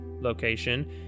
location